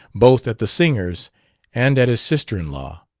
both at the singers and at his sister-in-law.